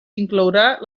inclourà